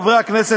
חברי הכנסת,